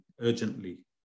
urgently